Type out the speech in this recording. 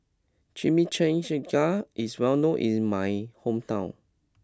Chimichangas is well known in my hometown